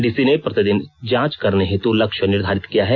DC ने प्रतिदिन जांच करने हेतु लक्ष्य निर्धारित किया है